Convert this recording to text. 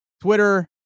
Twitter